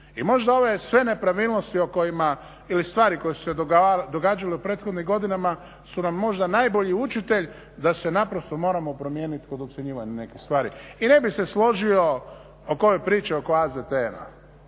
i možda ove sve nepravilnosti o kojima ili stvari koje su se događale u prethodnim godinama su nam možda najbolji učitelj da se naprosto moramo promijeniti kod ocjenjivanja nekih stvari. I ne bih se složio oko ove priče oko AZTN-a.